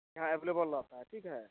यहाँ अवलेबल रहता है ठीक है